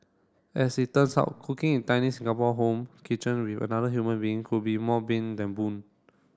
as it turns out cooking in tiny Singapore home kitchen with another human being could be more bane than boon